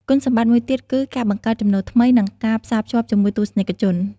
គុណសម្បត្តិមួយទៀតគឺ ការបង្កើតចំណូលថ្មីនិងការផ្សាភ្ជាប់ជាមួយទស្សនិកជន។